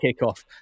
kickoff